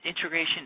integration